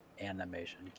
animation